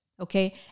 Okay